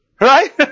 Right